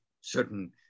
certain